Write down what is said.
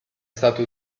stata